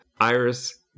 iris